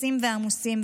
לחוצים ועמוסים.